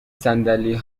صندل